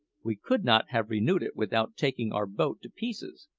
we could not have renewed it without taking our boat to pieces,